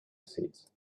seeds